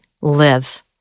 live